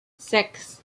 six